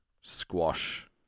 squash